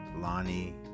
Lonnie